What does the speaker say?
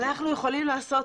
כל מה שאנחנו יכולים לעשות,